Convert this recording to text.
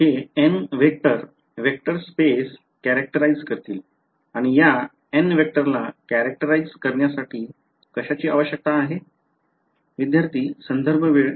हे N vector vector space characterize करतील आणि या न वेक्टर ला characterize करण्यासाठी कशाची आवशकता आहे